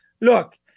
look